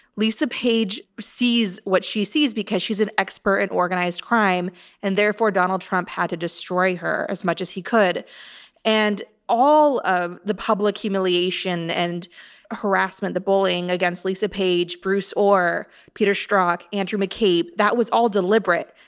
lisa page sees what she sees because she's an expert in organized crime and therefore donald trump had to destroy her as much as he could and all of the public humiliation and harassment, the bullying against lisa page bruce ohr, peter strzok, andrew mccabe, that was all deliberate.